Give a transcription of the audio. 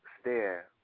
stare